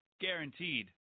Guaranteed